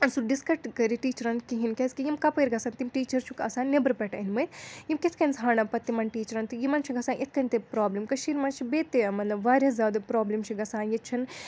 سُہ ڈِسکَٹ کٔرِتھ ٹیٖچرَن کِہیٖنۍ کیٛازِکہِ یِم کپٲرۍ گَژھن تِم ٹیٖچَر چھُکھ آسان نیٚبرٕ پؠٹھ أنۍ مٕتۍ یِم کِتھ کَنۍ ژھانڈَن پَتہٕ تِمَن ٹیٖچرَن تہٕ یِمَن چھِ گژھان اِتھۍ کَنۍ تہِ پرٛابلِم کٔشیٖرِ منٛز چھِ بیٚیہِ تہِ یہِ مطلب واریاہ زیادٕ پرٛابلِم چھَ گژھان ییٛتہِ چِھنہٕ